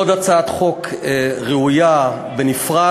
עוד הצעת חוק ראויה בנפרד,